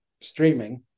streaming